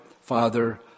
father